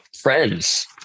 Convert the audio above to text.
friends